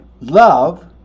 love